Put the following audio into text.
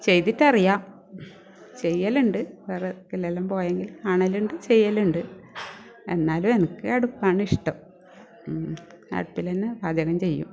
ചെയ്തിട്ടറിയാം ചെയ്യലുണ്ട് വിറകിലെല്ലാം പോയെങ്കിൽ കാണലുണ്ട് ചെയ്യലുണ്ട് എന്നാലും എനിക്ക് അടുപ്പാണിഷ്ടം അടുപ്പിൽ തന്നെ പാചകം ചെയ്യും